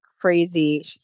crazy